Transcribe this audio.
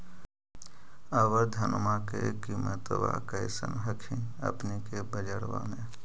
अबर धानमा के किमत्बा कैसन हखिन अपने के बजरबा में?